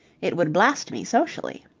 it would blast me socially.